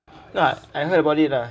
no ah I heard about it lah